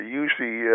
usually